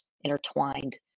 intertwined